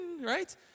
right